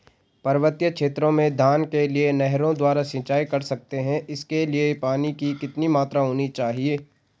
पर्वतीय क्षेत्रों में धान के लिए नहरों द्वारा सिंचाई कर सकते हैं इसके लिए पानी की कितनी मात्रा होनी चाहिए?